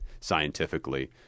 scientifically